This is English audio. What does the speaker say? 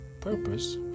purpose